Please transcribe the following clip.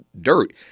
dirt